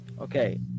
okay